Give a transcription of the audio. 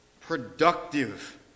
productive